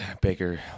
Baker